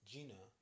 Gina